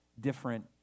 different